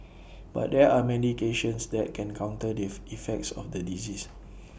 but there are medications that can counter the if effects of the disease